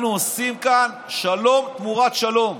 אנחנו עושים כאן שלום תמורת שלום,